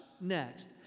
next